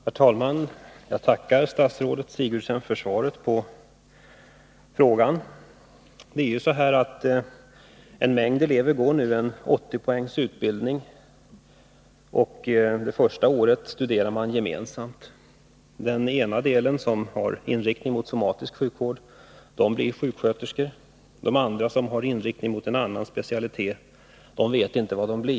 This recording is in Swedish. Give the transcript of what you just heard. Herr talman! Jag tackar statsrådet Sigurdsen för svaret på frågan. En mängd elever går nu en 80 poängs utbildning, och de studerar de olika ämnena gemensamt under det första året. De som därefter deltar i utbildningen med inriktning mot somatisk sjukvård blir sjuksköterskor. De Övriga, som studerar med inriktning mot annan specialitet, vet inte vad de blir.